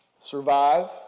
survive